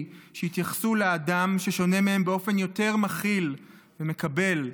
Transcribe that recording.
שיתייחסו לאדם ששונה מהם באופן יותר מכיל ומקבל,